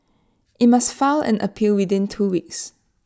IT must file an appeal within two weeks